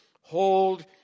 Hold